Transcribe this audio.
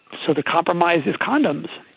so the compromise is condoms.